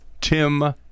tim